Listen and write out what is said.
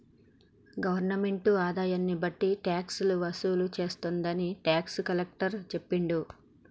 government ఆదాయాన్ని బట్టి tax వసూలు చేస్తుందని టాక్స్ కలెక్టర్ చెప్పిండు